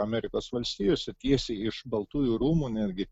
amerikos valstijose tiesiai iš baltųjų rūmų netgi